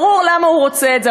ברור למה הוא רוצה את זה,